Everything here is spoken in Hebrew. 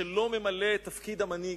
שלא ממלא את תפקיד המנהיג,